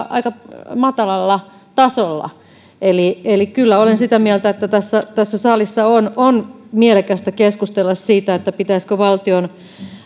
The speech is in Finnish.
aika matalalla tasolla eli eli kyllä olen sitä mieltä että tässä tässä salissa on on mielekästä keskustella siitä pitäisikö valtion